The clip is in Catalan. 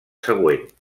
següent